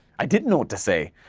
i didn't know what to say,